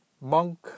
monk